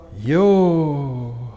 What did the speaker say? Yo